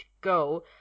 go